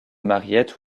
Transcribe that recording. mariette